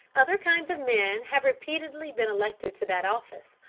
other kinds of men have repeatedly been elected to that office,